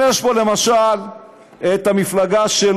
יש פה למשל את המפלגה של